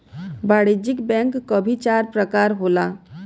वाणिज्यिक बैंक क भी चार परकार होला